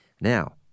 Now